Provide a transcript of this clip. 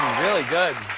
really good.